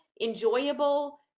enjoyable